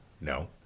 no